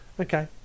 Okay